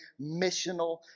missional